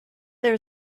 there